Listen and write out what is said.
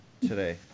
today